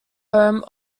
home